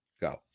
go